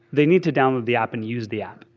they need to download the app and use the app.